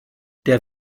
der